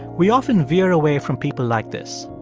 we often veer away from people like this.